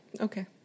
Okay